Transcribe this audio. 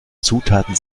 zutaten